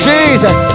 Jesus